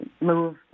move